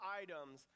items